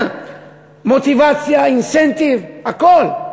מוטיבציה, אינסנטיב, הכול,